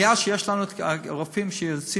מאז שיש לנו רופאים מצפת,